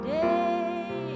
day